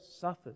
suffers